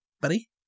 buddy